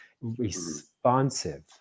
responsive